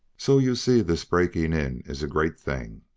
so you see this breaking in is a great thing.